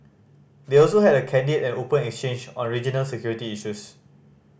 they also had a candid and open exchange on regional security issues